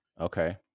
Okay